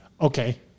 Okay